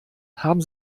haben